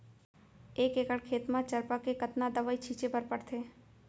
एक एकड़ खेत म चरपा के कतना दवई छिंचे बर पड़थे?